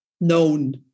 known